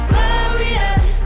Glorious